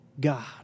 God